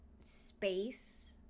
space